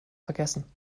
vergessen